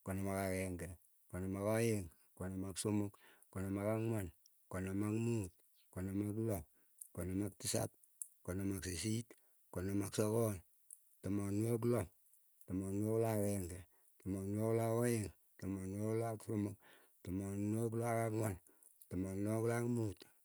konom ak ageng'e, konom ak aeng, konom ak somok, konom ak angwan, konom ak mut, konom ak loo, konom ak tisap, konom ak sisit, konom ak sogol, tamanwagik loo, tamanwagik loo ak ageng'e, tamanwagik loo ak aeng, tamanwagik loo ak somok, tamanwagik loo ak angwan, tamanwagik loo ak muut.